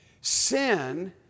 Sin